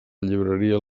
llibreria